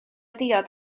diod